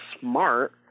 smart